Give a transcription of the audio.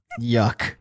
Yuck